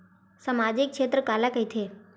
सामजिक क्षेत्र काला कइथे?